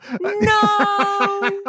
No